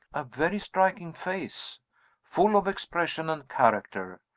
a very striking face full of expression and character.